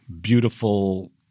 beautiful